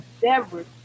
beverage